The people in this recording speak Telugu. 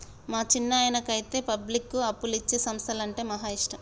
మా చిన్నాయనకైతే పబ్లిక్కు అప్పులిచ్చే సంస్థలంటే మహా ఇష్టం